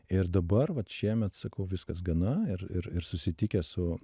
ir dabar vat šiemet sakau viskas gana ir ir ir susitikę su